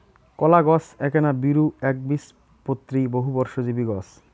কলাগছ এ্যাকনা বীরু, এ্যাকবীজপত্রী, বহুবর্ষজীবী গছ